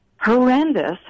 horrendous